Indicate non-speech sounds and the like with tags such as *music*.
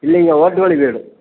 இல்லைங்க ஓட்டு *unintelligible* வீடு